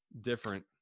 different